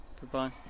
Goodbye